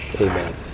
Amen